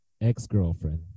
ex-girlfriend